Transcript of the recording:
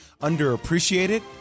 underappreciated